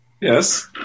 Yes